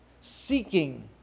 seeking